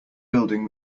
building